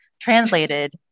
translated